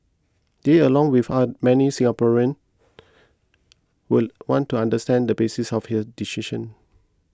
they along with many Singaporeans would want to understand the basis of her decision